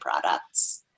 products